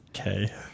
Okay